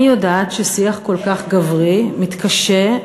אני יודעת ששיח כל כך גברי מתקשה,